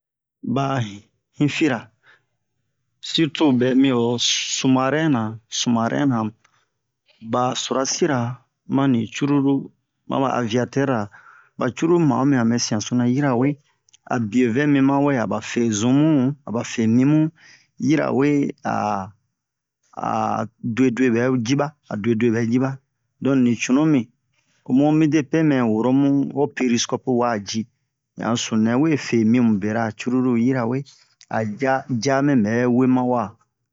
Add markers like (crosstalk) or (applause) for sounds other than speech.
Ba hifira sirtu bɛ mi ho sumarɛna sumarɛna ba surasira ma ni cruru ma ba aviatɛr ra ba cruru ma'o mi han be sian so na yirawe a bio vɛ mi ma wɛ a ba fe zun mu a ba fe mi mu yirawe (hesitation) a duedue bɛ ji ba a duedue bɛ ji ba don ni cunu mi o mu midepe mɛ woro mu ho piriskobu wa ji ni a sununɛ we fe mi mu bera cruru yirawe a ja jamɛ bɛ we ma wa